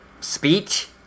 Speech